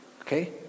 Okay